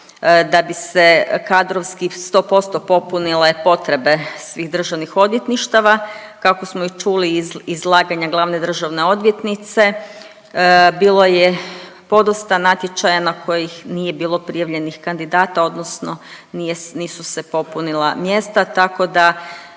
da bi se kadrovski 100% popunile potrebe svih državnih odvjetništava, kako smo i čuli iz izlaganja glavne državne odvjetnice, bilo je podosta natječaja na kojih nije bilo prijavljenih kandidata, odnosno nisu se popunila mjesta, tako da